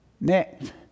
next